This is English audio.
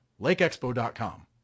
Lakeexpo.com